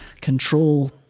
control